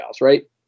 right